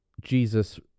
Jesus